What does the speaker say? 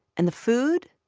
and the food?